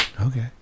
Okay